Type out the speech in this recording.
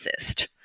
assist